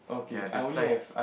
ya that's nine